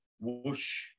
whoosh